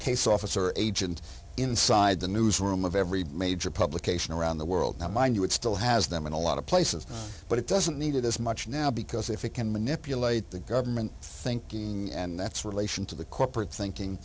case officer agent inside the newsroom of every major publication around the world now mind you it still has them and a lot of places but it doesn't need it as much now because if it can manipulate the government thinking and that's relation to the corporate thinking